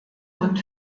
und